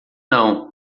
não